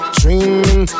dreaming